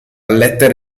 lettera